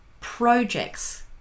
projects